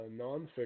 nonfiction